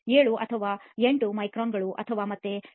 07 ಅಥವಾ 08 ಮೈಕ್ರಾನ್ಗಳು ಮತ್ತು ಮತ್ತೆ 0